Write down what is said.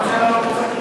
אני רוצה להעלות,